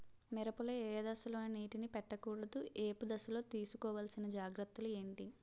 మిరప లో ఏ దశలో నీటినీ పట్టకూడదు? ఏపు దశలో తీసుకోవాల్సిన జాగ్రత్తలు ఏంటి?